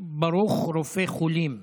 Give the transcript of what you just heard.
ברוך רופא חולים.